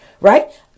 Right